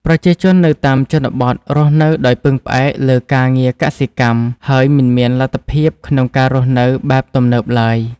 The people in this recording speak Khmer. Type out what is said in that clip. ប្រជាជននៅតាមជនបទរស់នៅដោយពឹងផ្អែកលើការងារកសិកម្ម ហើយមិនមានលទ្ធភាពក្នុងការរស់នៅបែបទំនើបឡើយ។